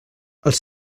els